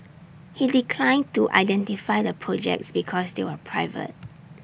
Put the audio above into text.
he declined to identify the projects because they were private